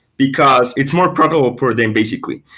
because it's more profitable for them basically.